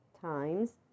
times